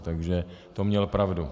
Takže v tom měl pravdu.